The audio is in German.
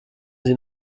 sie